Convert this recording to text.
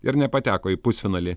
ir nepateko į pusfinalį